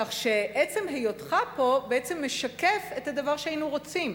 כך שעצם היותך פה בעצם משקף את הדבר שהיינו רוצים,